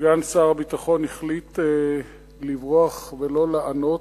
סגן שר הביטחון החליט לברוח ולא לענות.